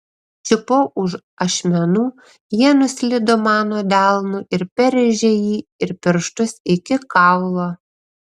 čiupau už ašmenų jie nuslydo mano delnu ir perrėžė jį ir pirštus iki kaulo